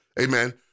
Amen